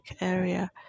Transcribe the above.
area